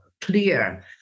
clear